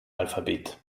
alphabet